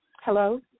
Hello